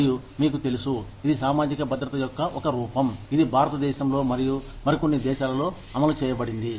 మరియు మీకు తెలుసు ఇది సామాజిక భద్రత యొక్క ఒక రూపం ఇది భారతదేశంలో మరియు మరికొన్ని దేశాలలో అమలు చేయబడింది